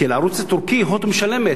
כי לערוץ הטורקי "הוט" משלמת.